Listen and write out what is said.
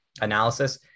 analysis